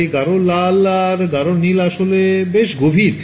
তাই গাঢ় লাল আর গাঢ় নীল আসলে বেশ গভীর